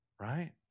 right